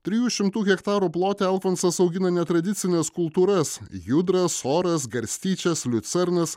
trijų šimtų hektarų plote alfonsas augina netradicines kultūras judras soras garstyčias liucernas